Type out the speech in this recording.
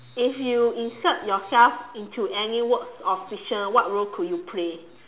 if you insert yourself into any work of fiction what role could you play